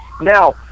Now